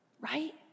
Right